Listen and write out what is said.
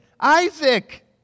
Isaac